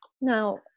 now